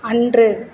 அன்று